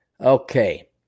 Okay